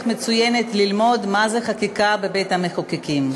מצוינת ללמוד מה זו חקיקה בבית-המחוקקים.